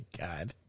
god